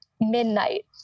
midnight